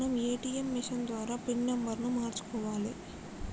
మనం ATM machine ద్వారా pin నెంబర్ను మార్చుకోవాలే